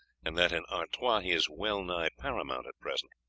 and that in artois he is well-nigh paramount at present.